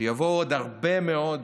שיבואו עוד הרבה מאוד